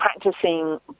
practicing